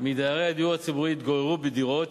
מדיירי הדיור הציבורי התגוררו בדירות